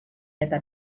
eta